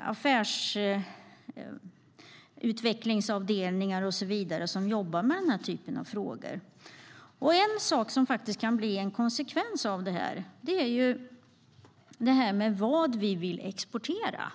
affärsutvecklingsavdelningar och så vidare som jobbar med denna typ av frågor. En sak som kan bli en konsekvens av detta är vad vi vill exportera.